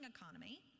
economy